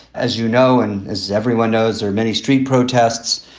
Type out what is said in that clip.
as you know and as everyone knows, there are many street protests.